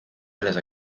selles